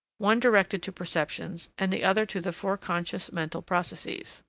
one directed to perceptions and the other to the foreconscious mental processes.